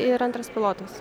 ir antras pilotas